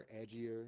edgier